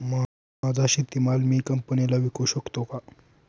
माझा शेतीमाल मी कंपनीला विकू शकतो का?